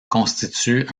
constitue